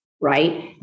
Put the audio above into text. Right